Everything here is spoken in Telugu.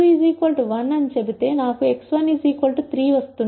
నేను x2 1 అని చెబితే నాకు x1 3 వస్తుంది